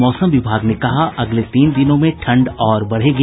और मौसम विभाग ने कहा अगले तीन दिनों में ठंड और बढ़ेगी